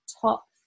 top